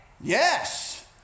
Yes